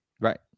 right